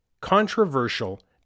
controversial